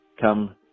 come